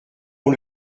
ont